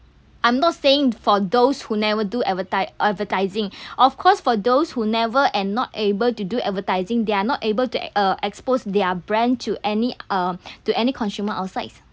I'm not saying for those who never do advertise advertising of course for those who never and not able to do advertising they are not able to uh expose their brand to any uh to any consumer outside